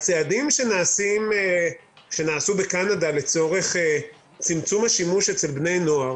הצעדים שנעשו בקנדה לצורך צמצום השימוש אצל בני נוער